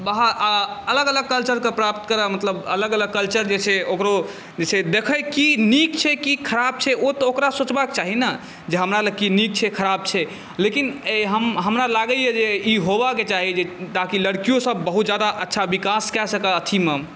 बाहर आ अलग अलग कल्चरकेँ प्राप्त करय मतलब अलग अलग कल्चर जे छै ओकरो जे छै देखय की नीक छै की ख़राब छै ओ तऽ ओकरो सोचबाक चाही ने जे हमरा लए की नीक छै खराब छै लेकिन हम हमरा लागैए जे ई होयबाक चाही ताकि लड़किओसभ ज्यादा अच्छा विकास कए सकय अथीमे